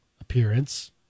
appearance